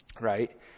right